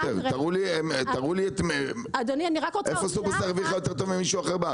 תראו לי איפה ראינו ששופרסל מרוויחים יותר טוב ממישהו אחר בארץ?